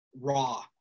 raw